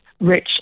rich